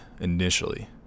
initially